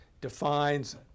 defines